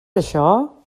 això